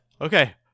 Okay